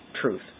truth